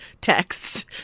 text